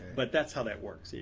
but that's how that works.